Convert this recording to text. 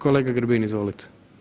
Kolega Grbin, izvolite.